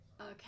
Okay